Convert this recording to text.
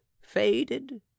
faded